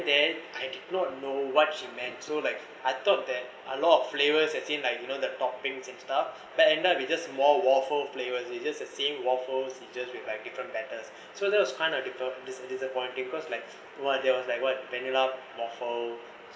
there I did not know what she meant so like I thought that a lot of flavours as in like you know the toppings and stuff but end up we just more waffle flavours it's just the same waffles it just with uh different batters so that was kind of differ~ dis~ disappointing cause like !wah! there was like what vanilla waffle